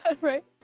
right